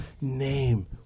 name